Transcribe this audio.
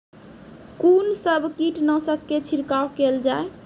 कून सब कीटनासक के छिड़काव केल जाय?